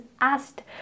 asked